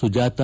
Sujata